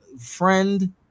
friend